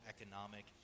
economic